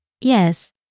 Yes